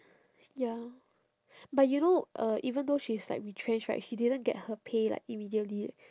ya but you know uh even though she's like retrenched right she didn't get her pay like immediately eh